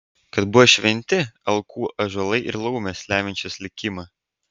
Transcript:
kad buvo šventi alkų ąžuolai ir laumės lemiančios likimą